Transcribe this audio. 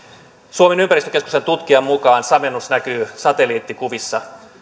suomen ympäristökeskuksen tutkijan mukaan samennus näkyy satelliittikuvissa